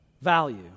value